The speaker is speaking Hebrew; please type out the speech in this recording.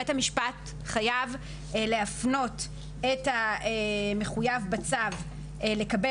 בית המשפט חייב להפנות את המחויב בצו לקבל